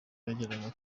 yageraga